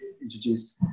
introduced